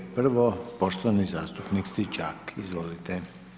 Prvo poštovani zastupnik Stričak, izvolite.